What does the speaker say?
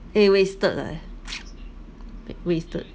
eh wasted leh wasted